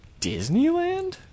Disneyland